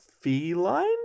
feline